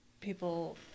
people